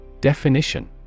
Definition